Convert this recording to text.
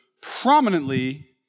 prominently